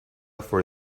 for